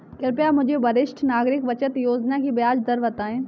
कृपया मुझे वरिष्ठ नागरिक बचत योजना की ब्याज दर बताएं